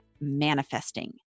manifesting